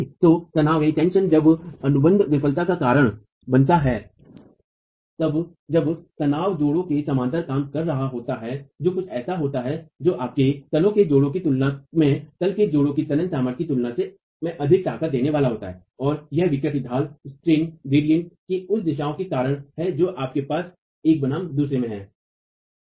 तो तनाव जब अनुबंध विफलता का कारण बनता है जब तनाव जोड़ों के समानांतर काम कर रहा होता है जो कुछ ऐसा होता है जो आपको तल के जोड़ों की तुलना में तल के जोड़ों की तन्य सामर्थ्य की तुलना में अधिक ताकत देने वाला होता है और यह विकृति ढाल के उस दिशाओं के कारण है जो आपके पास एक बनाम दूसरे में है